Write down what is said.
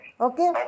Okay